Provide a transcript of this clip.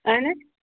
اَہَن حظ